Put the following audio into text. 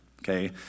Okay